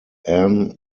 ann